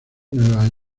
nueva